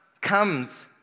comes